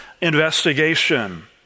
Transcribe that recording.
investigation